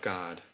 God